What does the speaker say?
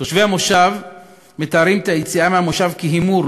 תושבי המושב מתארים את היציאה מהמושב כהימור,